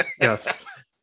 Yes